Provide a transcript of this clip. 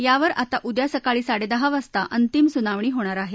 यावर आता उद्या सकाळी साडे दहा वाजता अंतिम सुनावणी होणार आहे